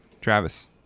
Travis